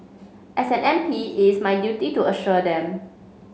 as an M P it's my duty to assure them